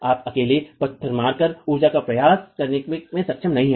आप अकेले पत्थर मारकर ऊर्जा का प्रसार करने में सक्षम नहीं हैं